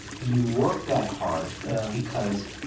you work that hard because